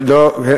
זה לא מקובל